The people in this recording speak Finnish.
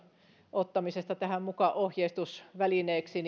ottamisesta tähän mukaan ohjeistusvälineeksi